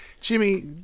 Jimmy